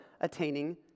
attaining